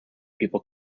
people